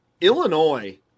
Illinois